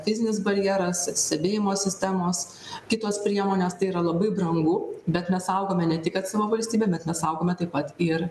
fizinis barjeras stebėjimo sistemos kitos priemonės tai yra labai brangu bet mes saugome ne tik kad savo valstybę bet mes saugome taip pat ir